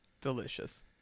Delicious